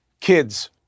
Kids